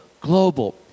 global